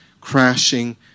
crashing